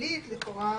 הפלילית לכאורה